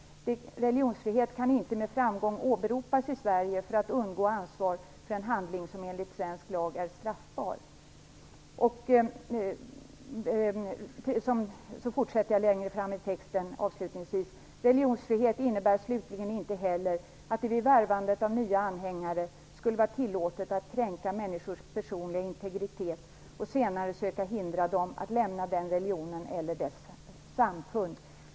Religionsfrihet kan inte med framgång åberopas i Sverige för att undgå ansvar för en handling som enligt svensk lag är straffbar." Han skriver avslutningsvis: "Religionsfrihet innebär slutligen inte heller, att det vid värvandet av nya anhängare skulle vara tillåtet att kränka människors personliga integritet eller senare söka hindra dem att lämna den religionen eller dess samfund.